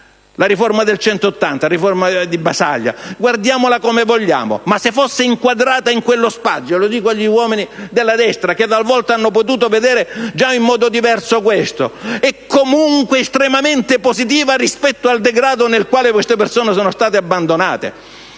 più restare negli Opg! La riforma Basaglia, guardiamola come vogliamo, ma se inquadrata in quello spazio - lo dico agli uomini della destra che talvolta hanno potuto considerarla in modo diverso - è comunque estremamente positiva rispetto al degrado in cui queste persone sono state abbandonate.